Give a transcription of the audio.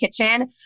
kitchen